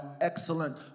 excellent